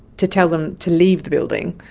to tell them to leave the building.